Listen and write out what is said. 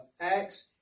Acts